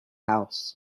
house